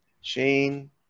Shane